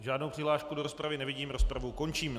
Žádnou přihlášku do rozpravy nevidím, rozpravu končím.